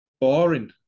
boring